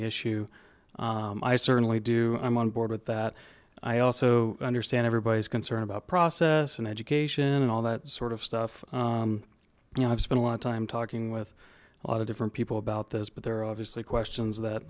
issue i certainly do i'm on board with that i also understand everybody's concern about process and education and all that sort of stuff you know i've spent a lot of time talking with a lot of different people about this but there are obviously questions that